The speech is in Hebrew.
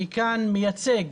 אני כאן מייצג